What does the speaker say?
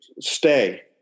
Stay